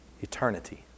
eternity